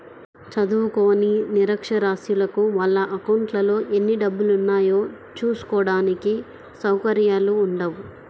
చదువుకోని నిరక్షరాస్యులకు వాళ్ళ అకౌంట్లలో ఎన్ని డబ్బులున్నాయో చూసుకోడానికి సౌకర్యాలు ఉండవు